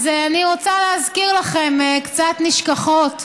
אז אני רוצה להזכיר לכם קצת נשכחות.